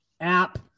app